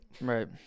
Right